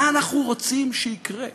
מה אנחנו רוצים שיקרה?